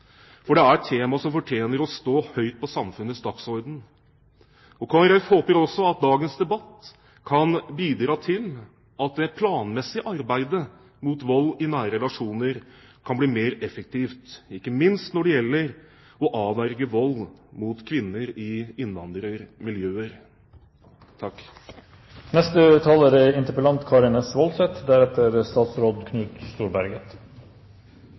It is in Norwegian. for det er et tema som fortjener å stå høyt på samfunnets dagsorden. Kristelig Folkeparti håper også at dagens debatt kan bidra til at det planmessige arbeidet mot vold i nære relasjoner kan bli mer effektivt, ikke minst når det gjelder å avverge vold mot kvinner i innvandrermiljøer.